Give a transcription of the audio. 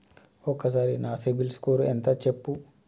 ఒక్కసారి నా సిబిల్ స్కోర్ ఎంత చెప్పు?